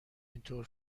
اینطور